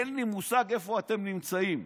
אין לי מושג איפה אתם נמצאים.